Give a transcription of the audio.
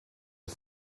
are